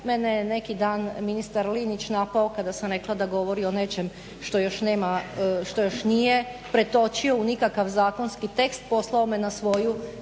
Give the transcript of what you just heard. mene je neki dan ministar Linić napao kada sam rekla da govori o nečem što još nije pretočio u nikakav zakonski tekst, poslao me na svoju